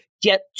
get